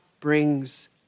brings